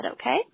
okay